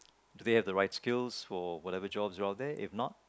do they have the right skills for whatever jobs is out there if not